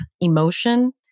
emotion